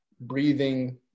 breathing